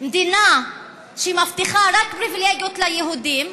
מדינה שמבטיחה רק פריבילגיות ליהודים,